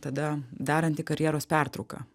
tada daranti karjeros pertrauką